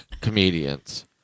comedians